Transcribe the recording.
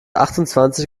achtundzwanzig